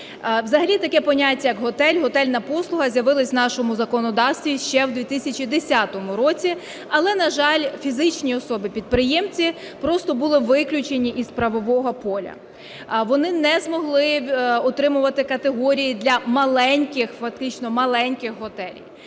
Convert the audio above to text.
Взагалі таке поняття, як готель, готельна послуга, з'явились в нашому законодавстві ще в 2010 році, але, на жаль, фізичні особи підприємці просто були виключені із правового поля. Вони не змогли отримувати категорії для маленьких, фактично маленьких готелів.